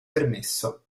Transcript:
permesso